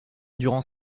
durant